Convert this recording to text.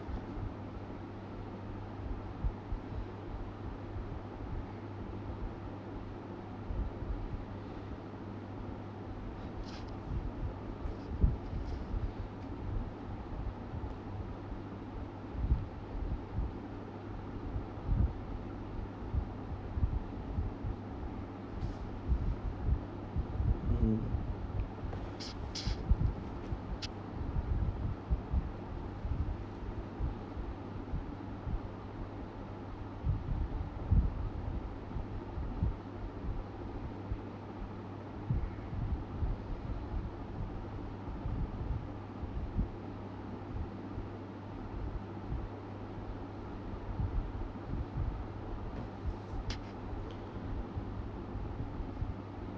mmhmm